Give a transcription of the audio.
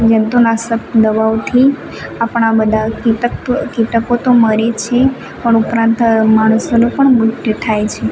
જંતુનાશક દવાઓથી આપણા બધા કીટકો તો મરે છે પણ ઉપરાંત માણસોનો પણ મૃત્યુ થાય છે